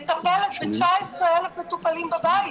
מטפלת ב-19,000 מטופלים בבית,